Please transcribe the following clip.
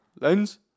Lens